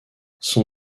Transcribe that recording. son